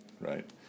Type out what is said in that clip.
right